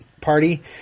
party